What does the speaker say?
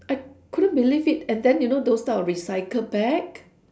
I couldn't believe it and then you know those type of recycle bag